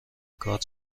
کارت